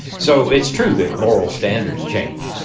so it's true that moral standards change.